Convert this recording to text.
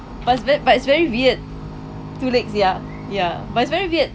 but it's very but it's very weird two legs ya ya but it's very weird